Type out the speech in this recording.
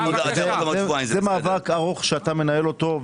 זה מאבק ארוך שאתה מנהל אותו,